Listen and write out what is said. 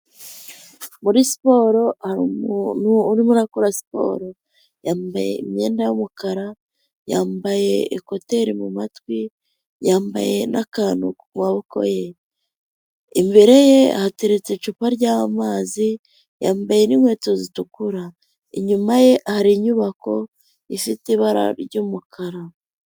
Muri siporo, hari umuntu urimo urakora siporo, yambaye imyenda y'umukara, yambaye ekoteri mu matwi, yambaye n'akantu ku maboko ye. Imbere ye hateretse icupa ry'amazi, yambaye n'inkweto zitukura, inyuma ye hari inyubako ifite ibara ry'umukara.